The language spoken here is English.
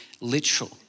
literal